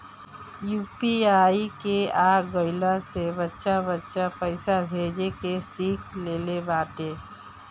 UPI के आ गईला से बच्चा बच्चा पईसा भेजे के सिख लेले बाटे